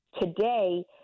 today